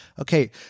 Okay